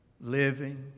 living